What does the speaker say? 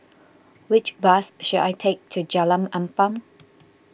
which bus should I take to Jalan Ampang